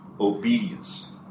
obedience